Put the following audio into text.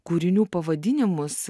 kūrinių pavadinimus